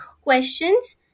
questions